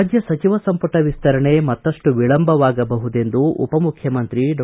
ರಾಜ್ಯ ಸಚಿವ ಸಂಪುಟ ವಿಸ್ತರಣೆ ಮತ್ತಷ್ಟು ವಿಳಂಬವಾಗಬಹುದೆಂದು ಉಪಮುಖ್ಯಮಂತ್ರಿ ಡಾ